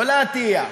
עולה התהייה,